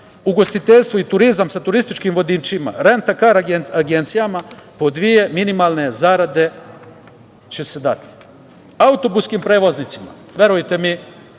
ugostiteljstvo i turizam sa turističkim vodičima, renta-kar agencijama po dve minimalne zarade će se dati. Autobuskim prevoznicima, verujte mi,